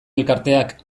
elkarteak